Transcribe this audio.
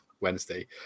Wednesday